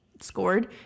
scored